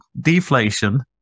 deflation